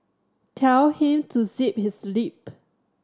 tell him to zip his lip